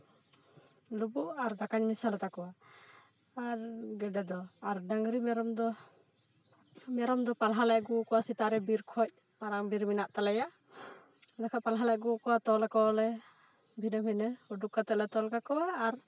ᱞᱩᱵᱩᱜ ᱟᱨ ᱫᱟᱠᱟᱧ ᱢᱮᱥᱟᱞ ᱟᱛᱟ ᱠᱚᱣᱟ ᱟᱨ ᱜᱮᱰᱮ ᱫᱚ ᱟᱨ ᱰᱟᱝᱨᱤ ᱢᱮᱨᱚᱢ ᱫᱚ ᱢᱮᱨᱚᱢ ᱫᱚ ᱯᱟᱞᱦᱟᱞᱮ ᱟᱹᱜᱩ ᱠᱚᱣᱟ ᱥᱮᱛᱟᱜ ᱨᱮ ᱵᱤᱨ ᱠᱷᱚᱡ ᱢᱟᱨᱟᱝ ᱵᱤᱨ ᱢᱮᱱᱟᱜ ᱛᱟᱞᱮᱭᱟ ᱚᱸᱰᱮ ᱠᱷᱚᱡ ᱯᱟᱞᱦᱟ ᱞᱮ ᱟᱹᱜᱩ ᱠᱚᱣᱟ ᱛᱚᱞ ᱠᱚᱣᱟᱞᱮ ᱵᱷᱤᱱᱟᱹ ᱵᱷᱤᱱᱟᱹ ᱩᱰᱩᱠ ᱠᱟᱛᱮᱜ ᱞᱮ ᱛᱚᱞ ᱠᱟᱠᱚᱣᱟ ᱟᱨ